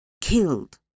killed